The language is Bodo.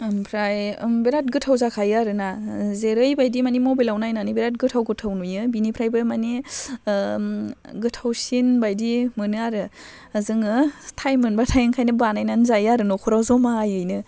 आमफ्राय बिराद गोथाव जाखायो आरो ना जेरैबायदि माने मबेलाव नायनानै बिराद गोथाव गोथाव नुयो बेनिफ्रायबो माने गोथावसिन बाइदि मोनो आरो जोङो टाइम मोनबाथाय ओंखायनो बानायनानै जायो आरो नखराव जमायैनो